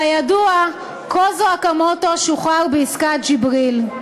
כידוע, קוזו אוקמוטו שוחרר בעסקת ג'יבריל.